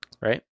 Right